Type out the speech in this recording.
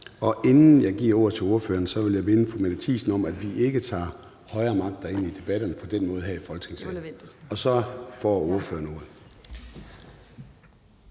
Inden jeg giver ordet til ordføreren, vil jeg minde fru Mette Thiesen om, at vi ikke tager højere magter ind i debatterne på den måde her i Folketingssalen. (Mette Thiesen (DF):